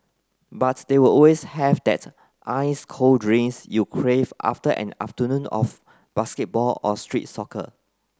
but they will always have that ice cold drinks you crave after an afternoon of basketball or street soccer